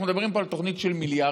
אנחנו מדברים פה על תוכנית של מיליארדים.